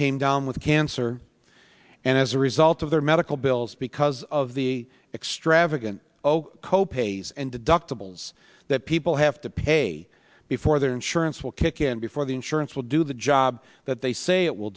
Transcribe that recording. came down with cancer and as a result of their medical bills because of the extravagant oh co pays and deductibles that people have to pay before their insurance will kick in before the insurance will do the job that they say it will